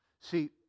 See